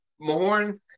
Mahorn